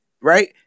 Right